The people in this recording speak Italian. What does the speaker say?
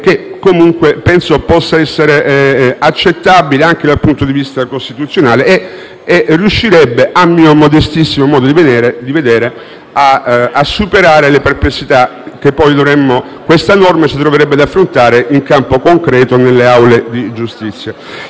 che la proposta possa essere accettabile anche dal punto di vista costituzionale e, a mio modestissimo modo di vedere, riuscirebbe a superare le perplessità che questa norma si troverebbe poi ad affrontare, in campo concreto, nelle aule di giustizia.